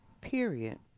Period